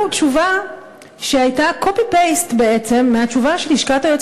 תשובה שהייתה copy-paste בעצם של תשובה שלשכת היועץ